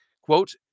quote